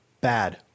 bad